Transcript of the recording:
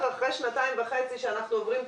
אחרי שנתיים וחצי שאנחנו עוברים קורונה,